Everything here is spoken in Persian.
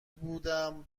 بودم